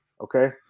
Okay